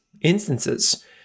instances